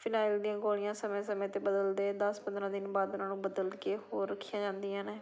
phenyl ਦੀਆਂ ਗੋਲੀਆਂ ਸਮੇਂ ਸਮੇਂ 'ਤੇ ਬਦਲਦੇ ਦਸ ਪੰਦਰਾਂ ਦਿਨ ਬਾਅਦ ਉਹਨਾਂ ਨੂੰ ਬਦਲ ਕੇ ਹੋਰ ਰੱਖੀਆਂ ਜਾਂਦੀਆਂ ਨੇ